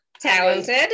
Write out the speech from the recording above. Talented